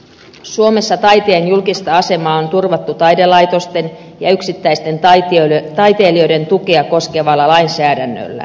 suomessa taiteen julkista asemaa on turvattu taidelaitosten ja yksittäisten taiteilijoiden tukea koskevalla lainsäädännöllä